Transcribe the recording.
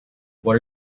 what